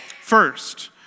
First